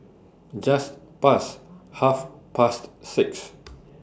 Just Past Half Past six